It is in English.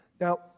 Now